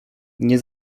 nie